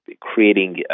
creating